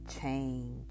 change